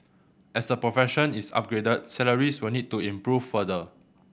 as the profession is upgraded salaries will need to improve further